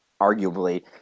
arguably